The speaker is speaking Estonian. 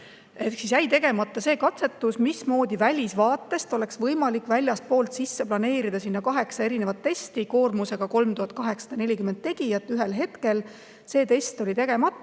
Tegemata jäi katsetus, mismoodi välisvaatest oleks võimalik sinna väljastpoolt sisse planeerida kaheksa erinevat testi, koormusega 3840 tegijat ühel ajal. See test oli tegemata.